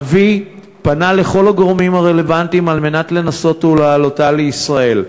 אבי פנה לכל הגורמים הרלוונטיים על מנת לנסות ולהעלותה לישראל,